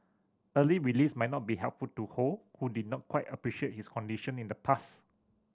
early release might not be helpful to Ho who did not quite appreciate his condition in the past